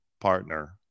partner